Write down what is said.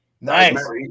Nice